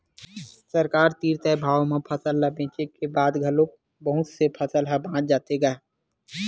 सरकार तीर तय भाव म फसल ल बेचे के बाद घलोक बहुत से फसल ह बाच जाथे गा